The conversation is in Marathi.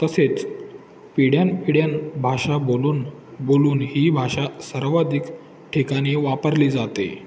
तसेच पिढ्यानपिढ्यान भाषा बोलून बोलून ही भाषा सर्वाधिक ठिकाणी वापरली जाते